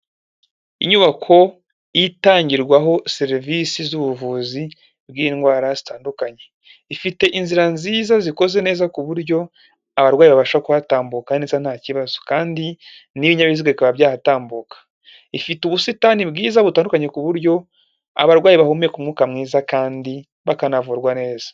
Inyubako itangirwaho serivisi z'ubuvuzi bw'indwara zitandukanye, ifite inzira nziza zikoze neza ku buryo abarwayi babasha kuhatambuka neza nta kibazo kandi n'ibinyabiziga bikaba byaratambuka, ifite ubusitani bwiza butandukanye ku buryo abarwayi bahumeka umwuka mwiza kandi bakanavurwa neza.